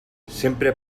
sempre